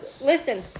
listen